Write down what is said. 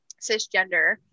cisgender